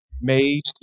made